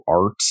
art